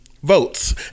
votes